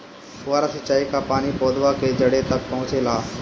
फुहारा सिंचाई का पानी पौधवा के जड़े तक पहुचे ला?